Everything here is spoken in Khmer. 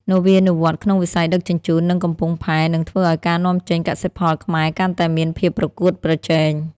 នវានុវត្តន៍ក្នុងវិស័យដឹកជញ្ជូន និងកំពង់ផែ នឹងធ្វើឱ្យការនាំចេញកសិផលខ្មែរកាន់តែមានភាពប្រកួតប្រជែង។